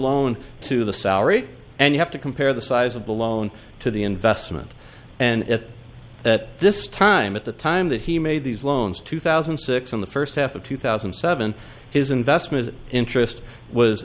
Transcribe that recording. loan to the salary and you have to compare the size of the loan to the investment and it at this time at the time that he made these loans two thousand and six in the first half of two thousand and seven his investment interest was